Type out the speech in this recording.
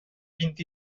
vint